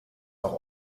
doch